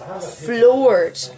floored